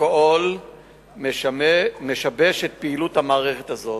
אלכוהול משבש את פעילות המערכת הזאת,